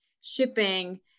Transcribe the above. shipping